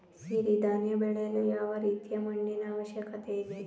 ಸಿರಿ ಧಾನ್ಯ ಬೆಳೆಯಲು ಯಾವ ರೀತಿಯ ಮಣ್ಣಿನ ಅವಶ್ಯಕತೆ ಇದೆ?